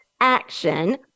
action